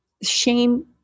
Shame